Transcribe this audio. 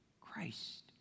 Christ